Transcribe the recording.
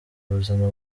ubuzima